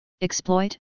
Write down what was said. exploit